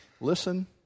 Listen